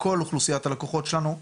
לכל אוכלוסיית הלקוחות שלנו.